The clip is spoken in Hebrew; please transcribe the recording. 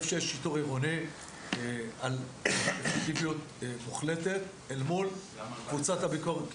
איפה שיש שיטור עירוני יש אפקטיביות מוחלטת אל מול קבוצת הביקורת.